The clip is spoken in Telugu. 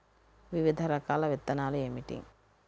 వివిధ రకాల విత్తనాలు ఏమిటి?